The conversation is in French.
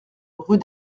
rue